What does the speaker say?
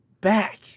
back